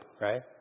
right